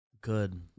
Good